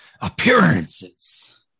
appearances